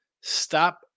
Stop